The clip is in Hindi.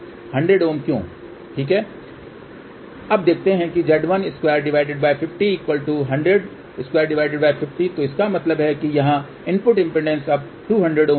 100Ω क्यों ठीक है अब देखते हैं कि Z1250 100250 तो इसका मतलब है कि यहाँ इनपुट इम्पीडेन्स अब 200 Ω होगा